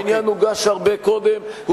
העניין הוגש הרבה קודם.